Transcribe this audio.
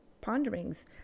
ponderings